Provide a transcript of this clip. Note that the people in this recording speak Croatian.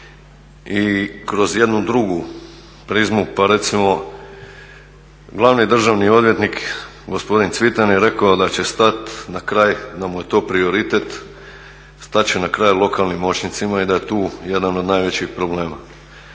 i kroz jednu drugu prizmu, pa recimo glavni državni odvjetnik gospodin Cvitan je rekao da će stati na kraj, da mu je to prioritet, stat će na kraj lokalnim moćnicima i da je tu jedan od najvećih problema.